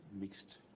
mixed